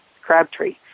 Crabtree